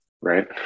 right